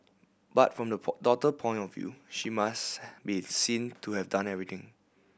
but from the daughter point of view she must be seen to have done everything